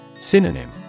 Synonym